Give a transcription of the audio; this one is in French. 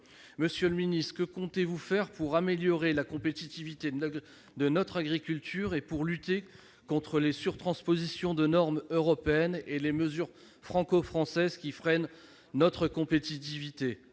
Monsieur le ministre, que comptez-vous faire pour améliorer la compétitivité de notre agriculture, et pour lutter contre les surtranspositions de normes européennes et les mesures franco-françaises qui freinent notre compétitivité ?